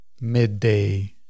midday